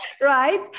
Right